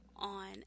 on